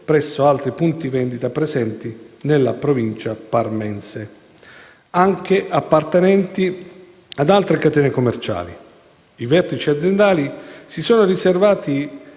presso altri punti vendita presenti nella Provincia parmense, anche appartenenti ad altre catene commerciali. I vertici aziendali si sono riservati